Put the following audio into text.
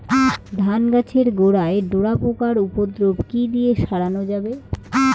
ধান গাছের গোড়ায় ডোরা পোকার উপদ্রব কি দিয়ে সারানো যাবে?